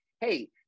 Hey